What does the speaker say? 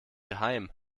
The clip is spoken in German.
geheim